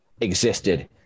existed